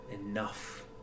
enough